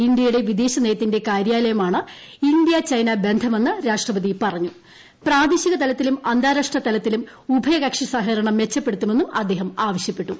ഇന്ത്യയുടെ വിദേശ നയത്തിന്റെ കാതലാണ് ഇന്ത്യ ചൈന ബന്ധമെന്ന് രാഷ്ട്രപതി പറഞ്ഞു പ്രാദേശിക തലത്തിലും അന്താരാഷ്ട്ര തലത്തിലും ഉഭയകക്ഷി സഹകരണം മെച്ചപ്പെടുത്തണമെന്നും അദ്ദേഹം ആവശ്യപ്പെട്ടു